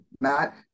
Matt